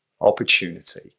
opportunity